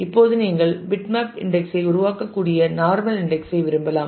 இப்போது நீங்கள் bitmap index ஐ உருவாக்கக்கூடிய நார்மல் இன்டெக்ஸ் ஐ விரும்பலாம்